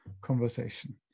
conversation